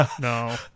No